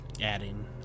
adding